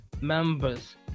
members